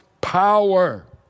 power